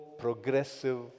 progressive